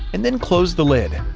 and then close the lid.